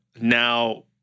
now